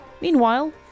Meanwhile